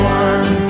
one